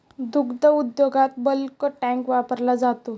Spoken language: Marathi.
दुग्ध उद्योगात बल्क टँक वापरला जातो